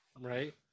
right